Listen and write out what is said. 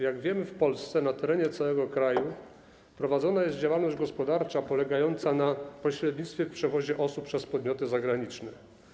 Jak wiemy, w Polsce, na terenie całego kraju, prowadzona jest działalność gospodarcza polegająca na pośrednictwie w przewozie osób przez podmioty zagraniczne.